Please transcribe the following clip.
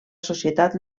societat